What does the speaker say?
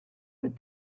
but